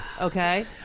Okay